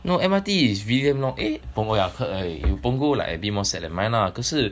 no M_R_T is bigger north eh punggol yeah I heard you punggol like a bit more sad than mine lah 可是